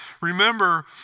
Remember